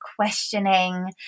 questioning